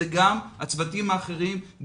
זה גם הצוותים האחרים,